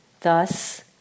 Thus